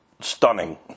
stunning